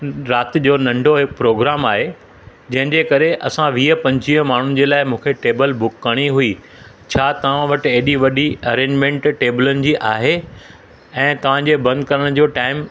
राति जो नंढो हिकु प्रोग्राम आहे जंहिंजे करे असां वीह पंजुवीह माण्हुनि जे लाइ मूंखे टेबल बुक करिणी हुई छा तव्हां वटि हेॾी वॾी अरेंजमेंट टेबलनि जी आहे ऐं तव्हांजे बंदि करण जो टाइम